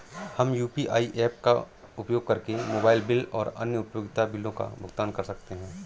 हम UPI apps का उपयोग करके मोबाइल बिल और अन्य उपयोगिता बिलों का भुगतान कर सकते हैं